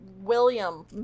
william